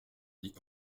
dit